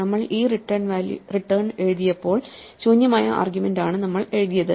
നമ്മൾ ഈ റിട്ടേൺ എഴുതിയപ്പോൾ ശൂന്യമായ ആർഗ്യുമെന്റ് ആണ് നമ്മൾ എഴുതിയത്